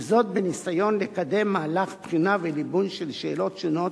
וזאת בניסיון לקדם מהלך בחינה וליבוי של שאלות שונות